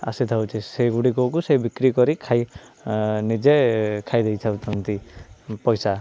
ଆସି ଥାଉଛି ସେଗୁଡ଼ିକକୁ ସେ ବିକ୍ରି କରି ଖାଇ ନିଜେ ଖାଇ ଦେଇଥାଉଛନ୍ତି ପଇସା